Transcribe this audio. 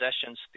sessions